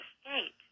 state